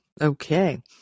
okay